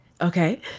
okay